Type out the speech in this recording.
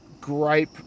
gripe